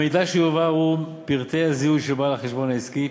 המידע שיועבר הוא: פרטי הזיהוי של בעל החשבון העסקי,